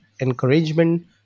encouragement